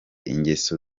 ingeso